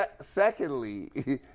secondly